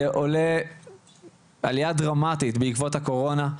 זה עולה עלייה דרמטית בעקבות הקורונה.